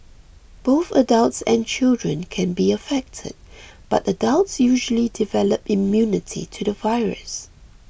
both adults and children can be affected but adults usually develop immunity to the virus